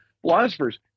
philosophers